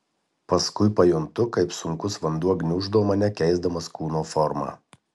paskui pajuntu kaip sunkus vanduo gniuždo mane keisdamas kūno formą